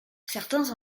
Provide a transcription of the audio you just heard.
certains